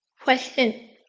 question